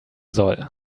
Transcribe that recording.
soll